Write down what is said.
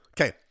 Okay